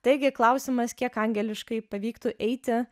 taigi klausimas kiek angeliškai pavyktų eiti